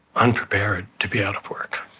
unprepared to be out of work.